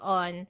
on